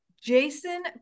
jason